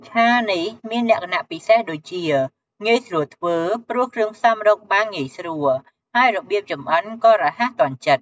ឆានេះមានលក្ខណៈពិសេសដូចជា ងាយស្រួលធ្វើ ព្រោះគ្រឿងផ្សំរកបានងាយស្រួល ហើយរបៀបចម្អិនក៏រហ័សទាន់ចិត្ត។